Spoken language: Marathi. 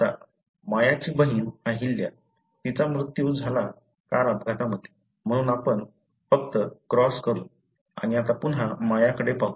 आता मायाची बहीण अहिल्या तिचा मृत्यू झाला कार अपघातमध्ये म्हणून आपण फक्त क्रॉस करू आणि आता पुन्हा मायाकडे पाहू